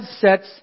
sets